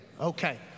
Okay